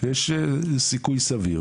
ויש סיכוי סביר